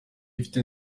ifite